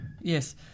Yes